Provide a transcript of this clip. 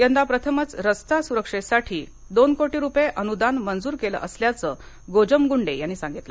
यंदा प्रथमच रस्ता सुरक्षेसाठी दोन कोटी रुपये अनुदान मंजुर केलं असल्याचं गोजमगुंडे यांनी सांगितलं